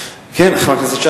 חבר הכנסת שי,